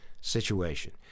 situation